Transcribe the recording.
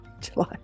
july